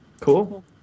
Cool